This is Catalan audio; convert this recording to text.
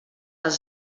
les